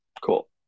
cool